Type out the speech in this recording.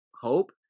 hope